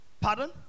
pardon